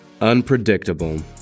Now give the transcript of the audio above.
Unpredictable